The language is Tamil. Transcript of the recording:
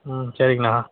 ம் சரிங்கண்ணா